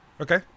Okay